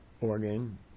organ